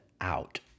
out